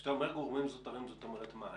כשאתה אומר גורמים זוטרים, זאת אומרת מה?